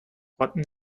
rotten